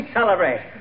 celebrate